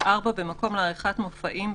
(4) במקום לעריכת מופעים,